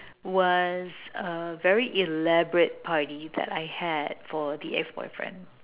was a very elaborate party that I had for the ex boyfriend